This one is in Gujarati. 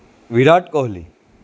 વિરાટ કોહલી